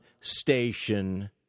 station